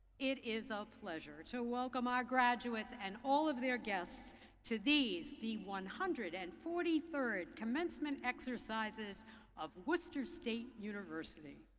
it is a pleasure to welcome our graduates and all of their guests to these, the one hundred and forty third commencement exercises of worcester state university.